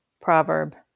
Proverb